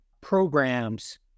programs